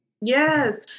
Yes